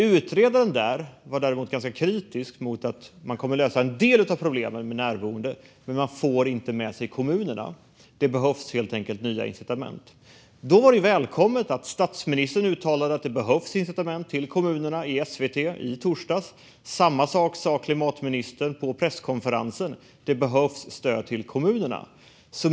Utredaren var dock ganska kritisk och menade att man kommer att lösa en del av problemen med närboende men att man inte får med sig kommunerna. Det behövs helt enkelt nya incitament. Då var det välkommet att statsministern i SVT i torsdags uttalade att det behövs incitament till kommunerna. Samma sak sa klimatministern på presskonferensen: Det behövs stöd till kommunerna.